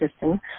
system